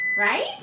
right